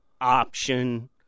option